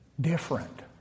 different